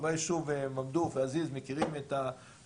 חברי הישוב, ממדוח ועזיז, מכירים את הסוגיה.